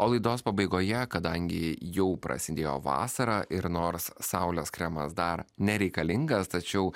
o laidos pabaigoje kadangi jau prasidėjo vasara ir nors saulės kremas dar nereikalingas tačiau